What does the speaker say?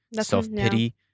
self-pity